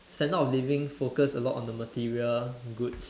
standard of living focus a lot on the material goods